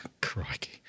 Crikey